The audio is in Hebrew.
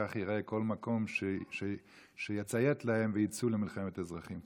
כך ייראה כל מקום שיציית להם ויצאו בו למלחמת אזרחים.